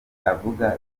avuga